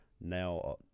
now